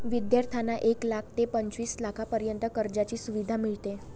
विद्यार्थ्यांना एक लाख ते पंचवीस लाखांपर्यंत कर्जाची सुविधा मिळते